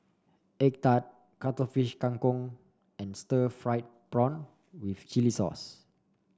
Egg Tart Cuttlefish Kang Kong and Stir Fried Prawn with Chili Sauce